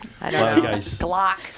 Glock